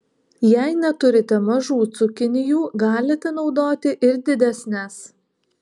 jei neturite mažų cukinijų galite naudoti ir didesnes